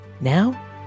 Now